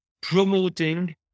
promoting